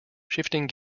shifting